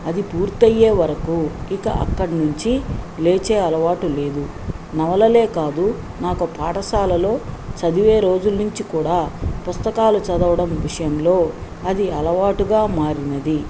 అది పూర్తయ్యే వరకు ఇక అక్కడి నుంచి లేచే అలవాటు లేదు నవలలే కాదు నాకు పాఠశాలలో చదివే రోజుల్ నుంచి కూడా పుస్తకాలు చదవడం విషయంలో అది అలవాటుగా మారినది